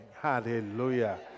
Hallelujah